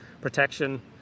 protection